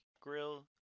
grill